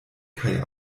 kaj